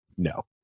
no